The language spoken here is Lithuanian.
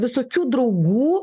visokių draugų